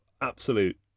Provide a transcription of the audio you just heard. absolute